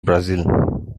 brazil